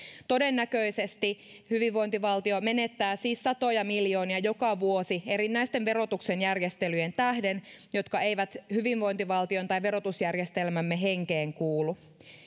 todennäköisesti hyvinvointivaltio menettää siis satoja miljoonia joka vuosi erinäisten verotuksen järjestelyjen tähden jotka eivät hyvinvointivaltion tai verotusjärjestelmämme henkeen kuulu